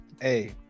Hey